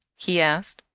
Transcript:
he asked.